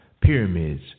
Pyramids